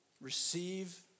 Receive